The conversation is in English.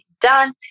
done